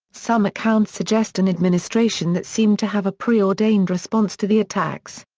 some accounts suggest an administration that seemed to have a preordained response to the attacks.